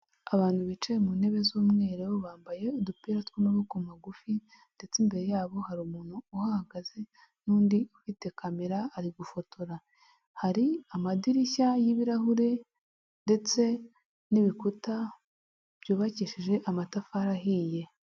Abantu bicaye mu ntebe z'umweru, bambaye udupira tw'amaboko magufi, ndetse imbere yabo hari umuntu uhagaze n'undi ufite kamera ari gufotora, hari amadirishya y'ibirahure, ndetse n'ibikuta byubakishije amatafari ahiye.